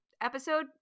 episode